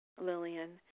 Lillian